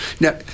Now